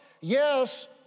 yes